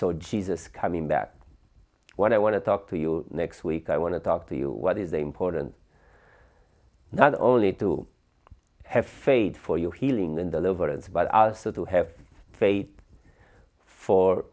saw jesus coming back what i want to talk to you next week i want to talk to you what is important not only to have faith for your healing and deliverance but are so to have faith fo